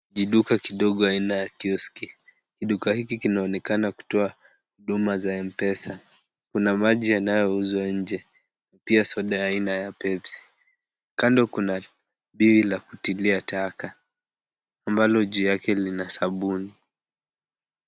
Kiduka kidogo aina ya kioski. Kiduka hiki kinaonekana kutoa huduma za m pesa. Kuna maji yanayouzwa nje pia soda aina ya pepsi . Kando yake kuna biwi la kutilia taka ambalo juu yake lina sabuni.